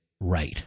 right